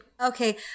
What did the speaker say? Okay